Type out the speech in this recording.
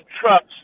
trucks